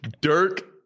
Dirk